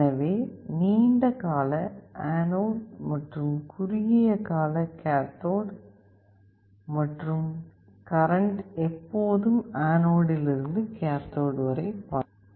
எனவே நீண்ட கால் ஆனோட் மற்றும் குறுகிய கால் கேத்தோடு மற்றும் கரண்ட் எப்போதும் ஆனோடில் இருந்து கேத்தோடு வரை பாய்கிறது